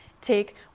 take